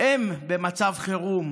הם במצב חירום.